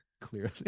clearly